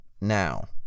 now